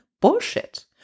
Bullshit